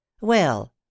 Well